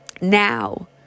now